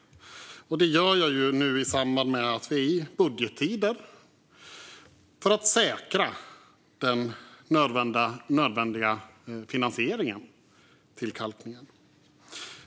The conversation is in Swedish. Detta gör jag nu i budgettider för att säkra den nödvändiga finansieringen till kalkningen.